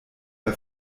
der